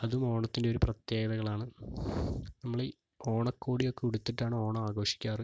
അതും ഓണത്തിൻ്റെ ഒരു പ്രത്യേകതകളാണ് നമ്മൾ ഈ ഓണക്കോടിയൊക്കെ ഉടുത്തിട്ടാണ് ഓണം ആഘോഷിക്കാറ്